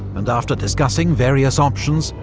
and after discussing various options,